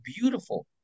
beautiful